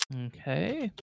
Okay